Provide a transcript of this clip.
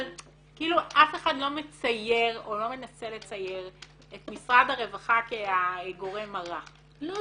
אבל אף אחד לא מצייר או מנסה לצייר את משרד הרווחה כגורם הרע -- לא,